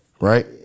right